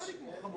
7 נמנעים,